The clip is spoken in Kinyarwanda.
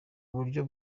uburyo